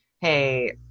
hey